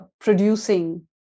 producing